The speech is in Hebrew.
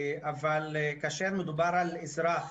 אבל כאשר מדובר על אזרח